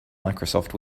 microsoft